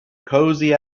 cozy